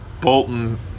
Bolton